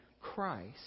Christ